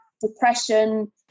depression